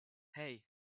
hey